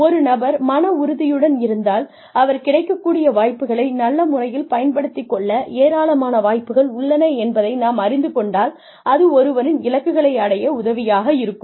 ஒரு நபர் மன உறுதியுடன் இருந்தால் அவர் கிடைக்கக்கூடிய வாய்ப்புகளை நல்ல முறையில் பயன்படுத்திக் கொள்ள ஏராளமான வாய்ப்புகள் உள்ளன என்பதை நாம் அறிந்து கொண்டால் அது ஒருவரின் இலக்குகளை அடைய உதவியாக இருக்கும்